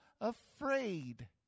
afraid